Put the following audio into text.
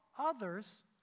Others